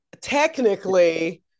technically